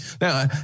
Now